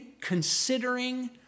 considering